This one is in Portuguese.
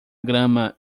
grama